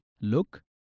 Look